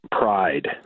pride